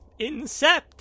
Incept